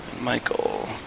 Michael